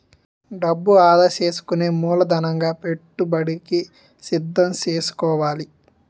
డబ్బు ఆదా సేసుకుని మూలధనంగా పెట్టుబడికి సిద్దం సేసుకోవాలి